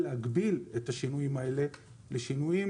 להגביל את השינויים האלה לשינויים